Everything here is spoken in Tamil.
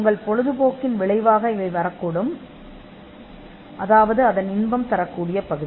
உங்கள் பொழுதுபோக்கின் விளைவாக இது வரக்கூடும் அதாவது அதன் இன்ப பகுதி